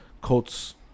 colts